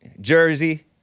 Jersey